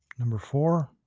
number four.